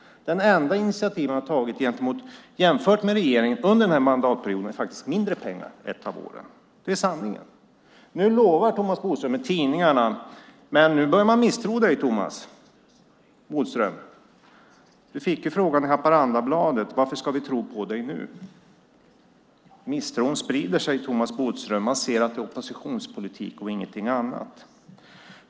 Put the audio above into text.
Det enda initiativ Socialdemokraterna har tagit jämfört med regeringen under den här mandatperioden är faktiskt mindre pengar ett av åren. Det är sanningen. Nu lovar Thomas Bodström saker i tidningarna. Men nu börjar man misstro dig, Thomas Bodström. Du fick frågan i Haparandabladet: Varför ska vi tro på dig nu? Misstron sprider sig, Thomas Bodström. Man ser att det är oppositionspolitik och ingenting annat.